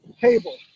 table